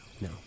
No